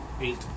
eight